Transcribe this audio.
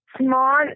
small